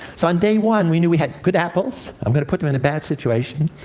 so on day one, we knew we had good apples. i'm going to put them in a bad situation.